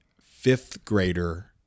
fifth-grader